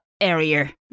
area